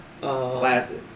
Classic